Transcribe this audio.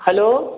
hello